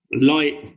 light